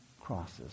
crosses